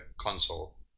console